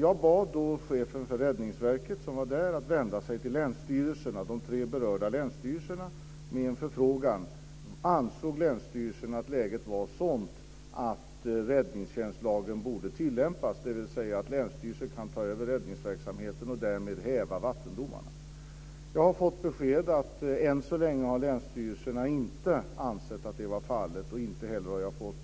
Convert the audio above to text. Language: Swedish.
Jag bad då chefen för Räddningsverket att vända sig till de tre berörda länsstyrelserna med en förfrågan om de ansåg att läget var sådant att räddningstjänstlagen borde tillämpas, dvs. att länsstyrelsen kan ta över räddningsverksamheten och därmed häva vattendomarna. Jag har fått beskedet att länsstyrelserna än så länge inte anser att så är fallet. Jag har inte heller fått